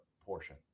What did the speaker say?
portion